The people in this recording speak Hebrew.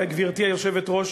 גברתי היושבת-ראש,